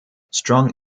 strong